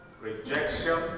rejection